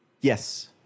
Yes